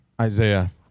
Isaiah